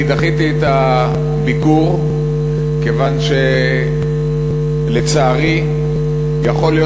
אני דחיתי את הביקור כיוון שלצערי יכול להיות